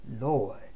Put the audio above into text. Lord